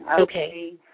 okay